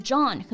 John